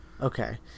Okay